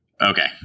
Okay